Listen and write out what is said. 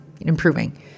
improving